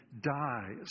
dies